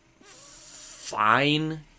fine